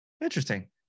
Interesting